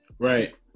Right